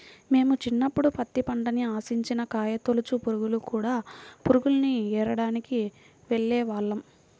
మేము చిన్నప్పుడు పత్తి పంటని ఆశించిన కాయతొలచు పురుగులు, కూడ పురుగుల్ని ఏరడానికి వెళ్ళేవాళ్ళం